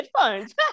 headphones